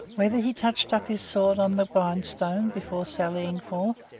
whether he touched up his sword on the grind-stone before sallying forth,